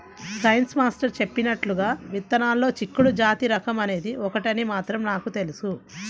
science master చెప్పినట్లుగా విత్తనాల్లో చిక్కుడు జాతి రకం అనేది ఒకటని మాత్రం నాకు తెలుసు